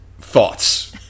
Thoughts